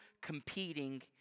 competing